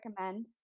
recommend